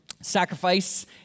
sacrifice